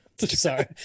sorry